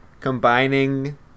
combining